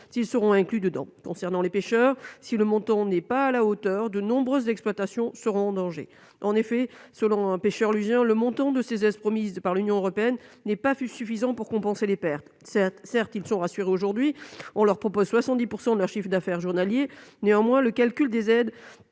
six seront inclus dedans, concernant les pêcheurs si le montant n'est pas à la hauteur de nombreuses exploitations seront en danger en effet selon un pêcheur l'usure, le montant de ces aides promises par l'Union européenne n'est pas fut suffisant pour compenser les pertes, certes ils sont rassurés aujourd'hui on leur propose 70 % de leur chiffre d'affaires journalier néanmoins le calcul des aides